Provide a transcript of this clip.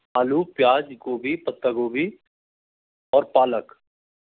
आलू प्याज गोभी पत्ता गोभी और पालक